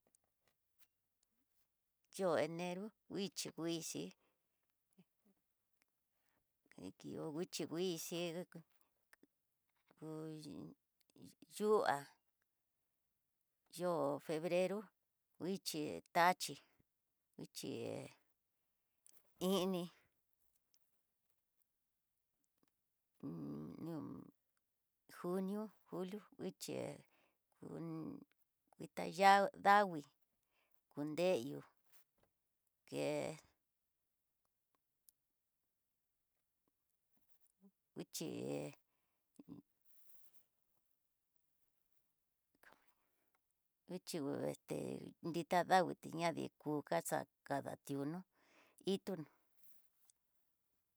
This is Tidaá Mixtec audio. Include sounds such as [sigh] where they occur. Yo'o enero nguichi vixhii, ke ihó nguixhi vixhii, hú yuá, yo'o febrero nguichi tachii, nguichi ini [hesitation] junio, julio nguichi jun nguitayá davii, kondeyo ké nguixhi, nguixhi nrita davii ña dikú casa kadationó itonó.